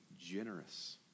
generous